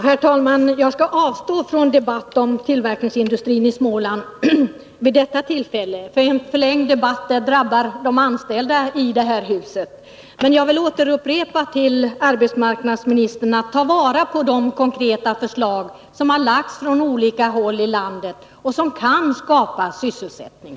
Herr talman! Jag skall avstå från debatt om tillverkningsindustrin i Småland vid detta tillfälle, för en förlängd debatt drabbar de anställda i det här huset. Men jag vill återupprepa till arbetsmarknadsministern att ta vara på de konkreta förslag som har lagts fram från olika håll i landet och som kan skapa sysselsättning.